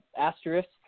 asterisk